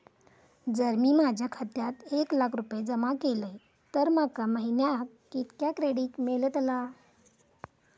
जर मी माझ्या खात्यात एक लाख रुपये जमा केलय तर माका महिन्याक कितक्या क्रेडिट मेलतला?